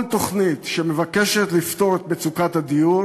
כל תוכנית שמבקשת לפתור את מצוקת הדיור